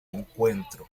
encuentro